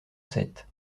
sept